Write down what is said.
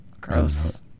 Gross